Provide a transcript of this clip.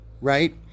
right